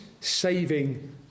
saving